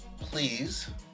Please